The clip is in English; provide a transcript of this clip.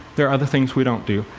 there are other things we don't do.